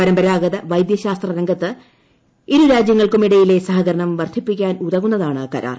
പരമ്പരാഗത വൈദ്യശാസ്ത്ര രംഗത്ത് ഇരുരാജൃങ്ങൾക്കുമിടയിലെ സഹകരണം വർദ്ധിപ്പിക്കാനുതകുന്നതാണ് കരാർ